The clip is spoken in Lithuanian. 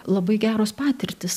labai geros patirtys